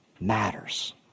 matters